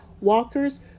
walkers